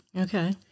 Okay